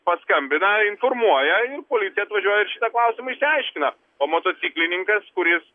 paskambina informuoja ir policija atvažiuoja ir šitą klausimą išsiaiškina o motociklininkas kuris